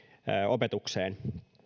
opetukseen